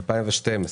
2012,